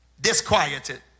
disquieted